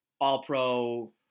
all-pro